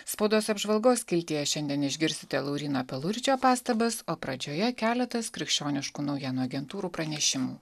spaudos apžvalgos skiltyje šiandien išgirsite lauryno peluričio pastabas o pradžioje keletas krikščioniškų naujienų agentūrų pranešimų